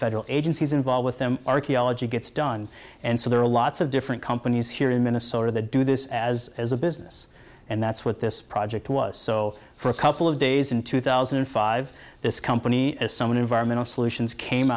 federal agencies involved with them archaeology gets done and so there are lots of different companies here in minnesota that do this as as a business and that's what this project was so for a couple of days in two thousand and five this company as some environmental solutions came